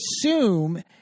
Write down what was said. assume